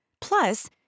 Plus